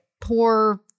poor